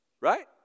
Right